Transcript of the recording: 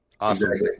Awesome